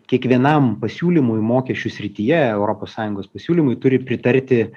kiekvienam pasiūlymui mokesčių srityje europos sąjungos pasiūlymui turi pritarti